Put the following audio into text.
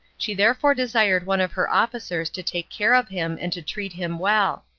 she therefore desired one of her officers to take care of him and to treat him well.